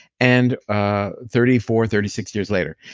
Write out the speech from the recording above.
and thirty four, thirty six years later.